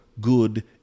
good